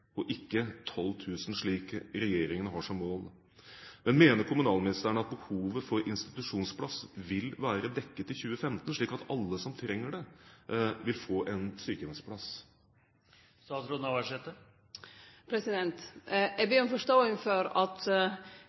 og ikke 12 000, slik regjeringen har som mål. Mener kommunalministeren at behovet for institusjonsplass vil være dekket i 2015, slik at alle som trenger det, vil få en sykehjemsplass? Eg ber om forståing for at